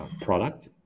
product